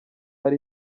hari